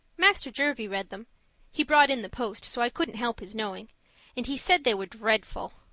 master jervie read them he brought in the post, so i couldn't help his knowing and he said they were dreadful.